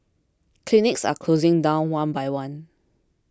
clinics are closing down one by one